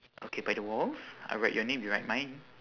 okay by the walls I write your name you write mine